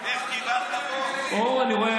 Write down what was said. אתה שמעת את עצמך, איך דיברת פה?